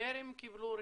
טרם קיבלו רישיונות?